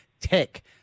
tech